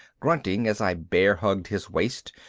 grunting as i bear-hugged his waist,